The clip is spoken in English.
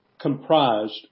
comprised